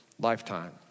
lifetime